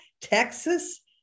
Texas